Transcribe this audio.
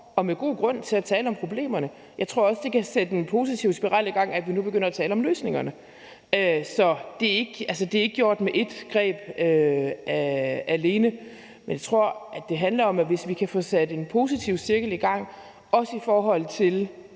og med god grund – at tale om problemerne. Jeg tror også, det kan sætte en positiv spiral i gang, at vi nu begynder at tale om løsningerne. Så det er ikke gjort med ét greb alene. Jeg tror, det handler om, at hvis vi kan få sat en positiv cirkel i gang også i forhold til